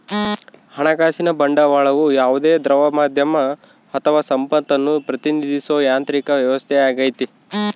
ಹಣಕಾಸಿನ ಬಂಡವಾಳವು ಯಾವುದೇ ದ್ರವ ಮಾಧ್ಯಮ ಅಥವಾ ಸಂಪತ್ತನ್ನು ಪ್ರತಿನಿಧಿಸೋ ಯಾಂತ್ರಿಕ ವ್ಯವಸ್ಥೆಯಾಗೈತಿ